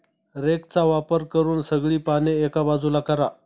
रेकचा वापर करून सगळी पाने एका बाजूला करा